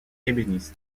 ébéniste